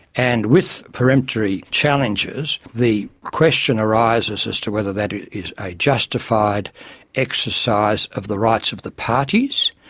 and with peremptory challenges the question arises as to whether that is a justified exercise of the rights of the parties,